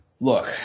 Look